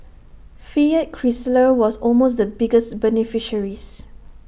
fiat Chrysler was almost the biggest beneficiaries